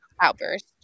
Outburst